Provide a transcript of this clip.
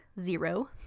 Zero